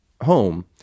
home